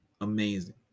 amazing